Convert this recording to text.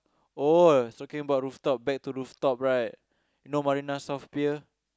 oh is talking about rooftop back to rooftop right you know Marina-South-Pier